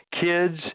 kids